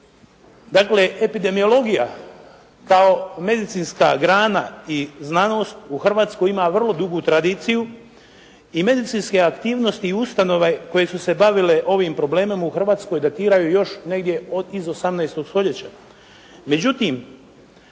Dakle epidemiologija kao medicinska grana i znanost u Hrvatskoj ima vrlo dugu tradiciju i medicinske aktivnosti i ustanove koje su se bavile ovim problemom u Hrvatskoj datiraju još negdje od, iz 18 stoljeća.